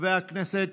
חבר הכנסת